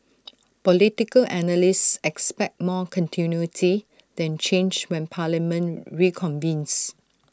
political analysts expect more continuity than change when parliament reconvenes